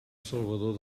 salvador